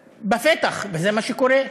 בפתח, וזה מה שקורה.